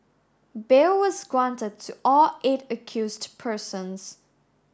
bail was granted to all eight accused persons